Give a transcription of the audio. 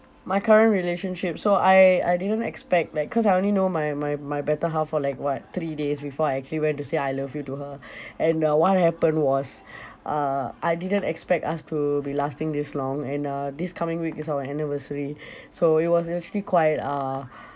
my current relationship so I I didn't expect like cause I only know my my my better half for like what three days before I actually went to say I love you to her and uh what happened was uh I didn't expect us to be lasting this long and uh this coming week is our anniversary so it was actually quite uh